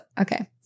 Okay